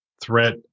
threat